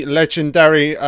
legendary